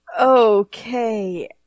Okay